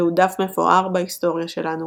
זהו דף מפואר בהיסטוריה שלנו